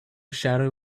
shadow